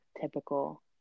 typical